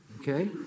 okay